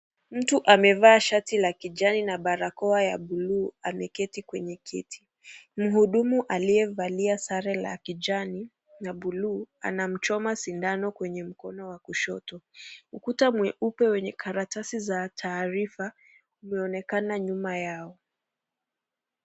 Mtu amevaa shati la kijani na barakoa ya bluu ameketi kwenye kiti. Mhudumu aliyevalia sare la kijani na bluu anamchoma sindano kwenye mkono wa kushoto. Ukuta mweupe wenye karatasi za taarifa umeonekana nyuma yao.